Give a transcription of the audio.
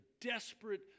desperate